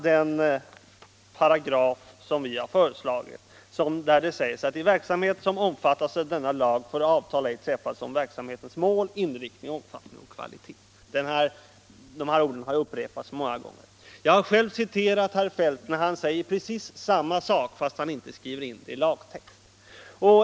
Det han hakar upp sig på är 2 a §, där vi föreslagit lydelsen: Dessa ord har upprepats många gånger. Jag har själv citerat herr Feldt när han säger precis samma sak, fast han inte skriver in det i lagtexten.